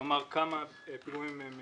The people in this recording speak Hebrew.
כלומר כמה פיגומים הם בשכירות,